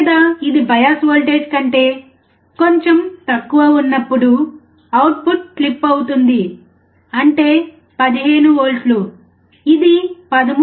లేదా ఇది bias voltage కంటే కొంచెం తక్కువ ఉన్నప్పుడు అవుట్పుట్ క్లిప్ అవుతుంది అంటే 15 వోల్ట్లు ఇది 13